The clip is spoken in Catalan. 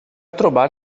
trobar